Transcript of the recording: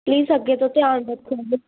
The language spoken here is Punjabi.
ਪਲੀਜ ਅੱਗੇ ਤੋਂ ਧਿਆਨ ਰੱਖਣਾ